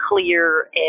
clear